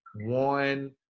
one